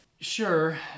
Sure